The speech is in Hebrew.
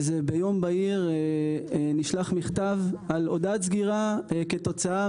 ביום בהיר נשלח מכתב על הודעת סגירה כתוצאה